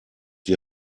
die